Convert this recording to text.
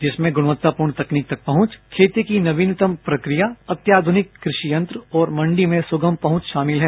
जिसमें गुणवत्तापूर्ण तकनीक तक पहुंच खेती की नवीनतम प्रक्रिया अत्याधुनिक कृषि यन्त्र और मंडी में सुगम पहुंच शामिल हैं